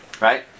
Right